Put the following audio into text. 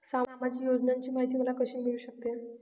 सामाजिक योजनांची माहिती मला कशी मिळू शकते?